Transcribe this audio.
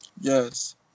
Yes